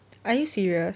are you serious